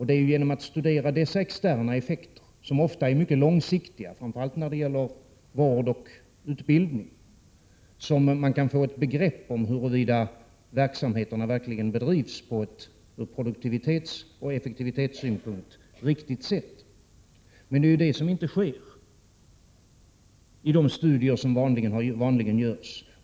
Det är genom att studera dessa externa effekter, som ofta är mycket långsiktiga, framför allt när det gäller vård och utbildning, som man kan få ett begrepp om huruvida verksamheterna verkligen bedrivs på ett ur produktivitetsoch effektivitetssynpunkt riktigt sätt. Men det är det som inte sker i de studier som vanligen görs.